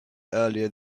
earlier